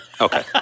Okay